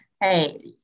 hey